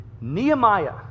Nehemiah